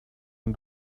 and